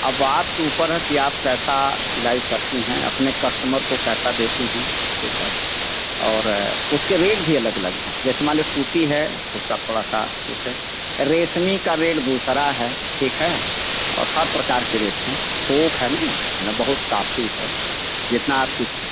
अब आपके ऊपर है कि आप कैसा सिलाई करती हैं अपने कस्टमर को कैसा देती हैं ठीक है और उसके रेट भी अलग अलग हैं जैसे मान लीजिए सूती है तो उसका थोड़ा सा उसे रेशमी का रेट दूसरा है ठीक है और हर प्रकार के रेट हैं थोक है ना यानि बहुत काफी है जितना आपकी इच्छा